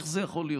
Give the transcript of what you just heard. איך זה יכול להיות?